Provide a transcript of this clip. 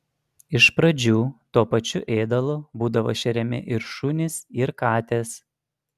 iš pradžių tuo pačiu ėdalu būdavo šeriami ir šunys ir katės